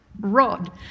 Rod